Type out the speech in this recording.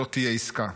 לא תהיה עסקה.